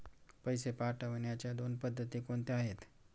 पैसे पाठवण्याच्या दोन पद्धती कोणत्या आहेत?